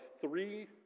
three